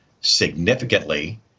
significantly